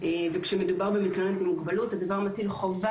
וכשמדובר במתלוננות עם מוגבלות הדבר מטיל חובה